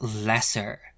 lesser